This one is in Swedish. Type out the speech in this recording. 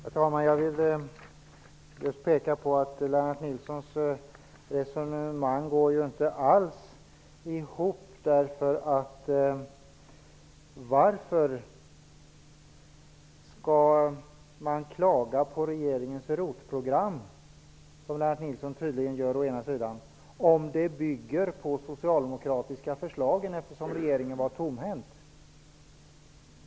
Herr talman! Jag vill peka på att Lennart Nilssons resonemang inte alls går ihop. Varför skall man klaga på regeringens ROT-program, som Lennart Nilsson tydligen gör, om det bygger på de socialdemokratiska förslagen. Regeringen var ju tomhänt.